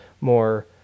more